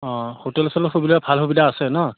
অঁ হোটেল চোটেলৰ সুবিধা ভাল সুবিধা আছে ন